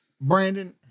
Brandon